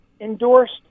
endorsed